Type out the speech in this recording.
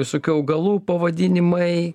visokių augalų pavadinimai